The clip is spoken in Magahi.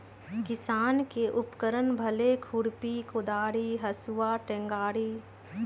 किसान के उपकरण भेल खुरपि कोदारी हसुआ टेंग़ारि